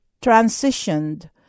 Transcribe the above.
transitioned